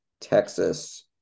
Texas